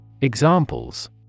Examples